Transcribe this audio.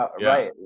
right